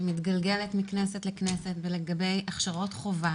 שמתגלגלת מכנסת לכנסת לגבי הכשרות חובה